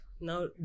now